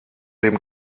dem